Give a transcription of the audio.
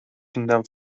binden